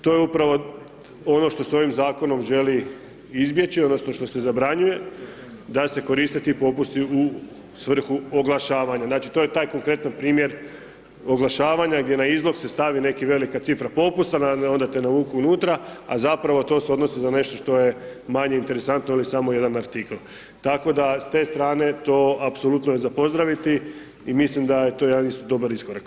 To je upravo ono što se ovim zakonom želi izbjeći odnosno što se zabranjuje, da se koriste ti popusti u svrhu oglašavanja, znači to je taj konkretan primjer oglašavanja gdje na izlog se stavi neka velika cifra popusta onda te navuku unutra a zapravo to se odnosi na nešto što je manje interesantno ili samo jedan artikl tako da s te strane to apsolutno je za pozdraviti i mislim da je to isto jedan dobar iskorak.